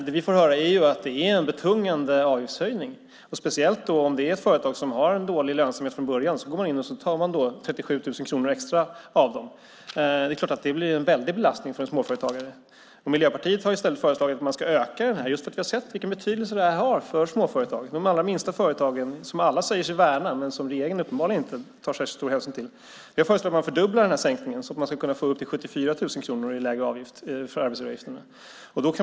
Det vi får höra är att det är en betungande avgiftshöjning, speciellt om det är ett företag som har dålig lönsamhet från början. Man går in och tar 37 000 kronor extra av dem. Det är klart att det blir en väldig belastning för en småföretagare. Miljöpartiet har i stället föreslagit att man ska öka detta, just för att vi har sett vilken betydelse det har för småföretagen, de allra minsta företagen, som alla säger sig värna, men som regeringen uppenbarligen inte tar särskilt stor hänsyn till. Vi har föreslagit att man fördubblar sänkningen, så att man ska kunna få upp till 74 000 kronor i lägre arbetsgivaravgift.